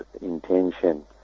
intention